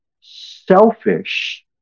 selfish